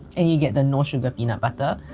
and you get the no-sugar peanut butter,